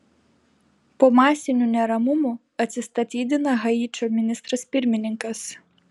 po masinių neramumų atsistatydina haičio ministras pirmininkas